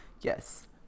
Yes